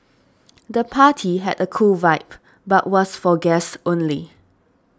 the party had a cool vibe but was for guests only